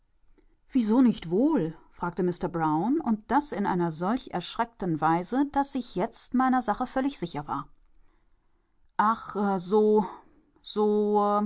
wieso nicht wohl fragte mister brown und das in einer solch erschreckten weise daß ich jetzt meiner sache völlig sicher war ah so so